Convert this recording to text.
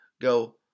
go